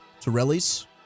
Torelli's